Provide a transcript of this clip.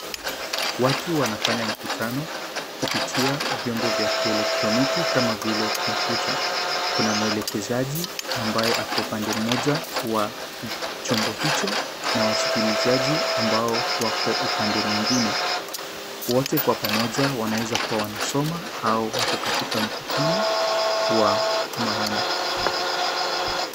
Watu wanafanya mkutano kupitia vyombo vya kielektroniki kama vile kompyuta. Kuna mwelekezaji ambaye ako upande mmoja wa chombo hicho na wasikilizaji ambao wako upande mwingine. Wote kwa pamoja wanaweza kuwa wanasoma au wako katika mkutano wa maana.